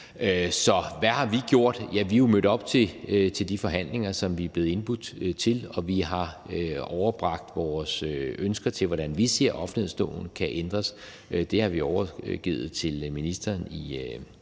Så hvad har vi gjort? Ja, vi er jo mødt op til de forhandlinger, som vi er blevet indbudt til, og vi har overbragt vores ønsker til, hvordan vi ser offentlighedsloven kan ændres. Det har vi overgivet til ministeren i